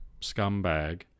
scumbag